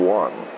one